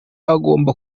agomba